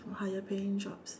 higher paying jobs